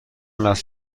لحظه